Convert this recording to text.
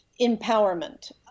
empowerment